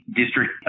district